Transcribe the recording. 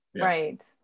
right